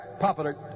popular